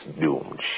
doomed